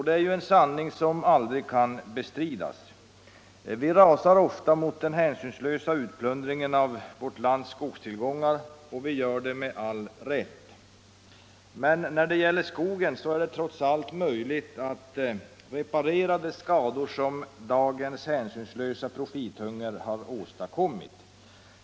Det är ju en sanning som aldrig kan bestridas. Vi rasar ofta mot den hänsynslösa utplundringen av vårt lands skogstillgångar, och vi gör det med all rätt. Men när det gäller skogen är det trots allt möjligt att reparera de skador som dagens hänsynslösa profithunger har åstadkommit.